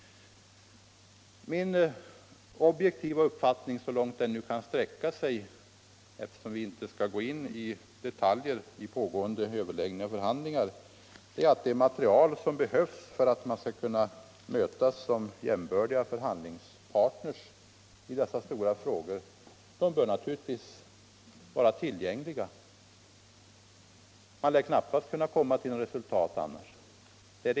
Min objektiva uppfattning är — så långt den nu kan sträcka sig, eftersom vi inte skall gå in i detaljer under pågående överläggningar och förhandlingar — att det material som behövs för att man skall kunna mötas som jämbördiga förhandlingspartner i dessa stora frågor bör vara tillgängligt. Annars lär man knappast kunna komma till något resultat.